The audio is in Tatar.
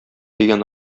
дигән